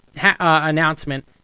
announcement